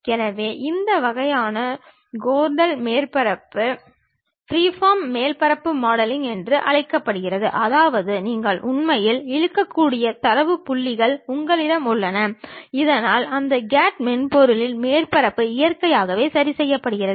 எனவே இந்த வகையான கோர்டன் மேற்பரப்பு ஃப்ரீஃபார்ம் மேற்பரப்பு மாடலிங் என்று அழைக்கப்படுகிறது அதாவது நீங்கள் உண்மையில் இழுக்கக்கூடிய தரவு புள்ளிகள் உங்களிடம் உள்ளன இதனால் அந்த கேட் மென்பொருளில் மேற்பரப்பு இயற்கையாகவே சரிசெய்யப்படுகிறது